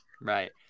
right